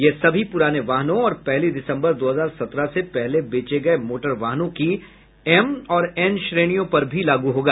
यह सभी पुराने वाहनों और पहली दिसम्बर दो हजार सत्रह से पहले बेचे गए मोटर वाहनों की एम और एन श्रेणियों पर भी लागू होगा